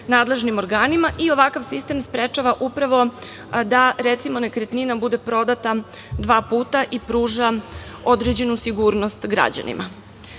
i ovakav sistem sprečava upravo da, recimo, nekretnina bude prodata dva puta i pruža određenu sigurnost građanima. Princip